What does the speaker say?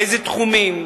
באיזה תחומים,